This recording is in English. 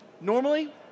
Normally